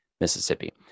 Mississippi